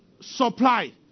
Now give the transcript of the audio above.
supply